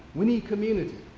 we need community.